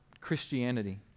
Christianity